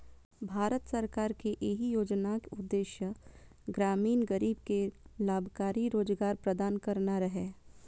भारत सरकार के एहि योजनाक उद्देश्य ग्रामीण गरीब कें लाभकारी रोजगार प्रदान करना रहै